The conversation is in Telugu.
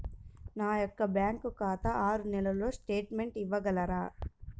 నా యొక్క బ్యాంకు ఖాతా ఆరు నెలల స్టేట్మెంట్ ఇవ్వగలరా?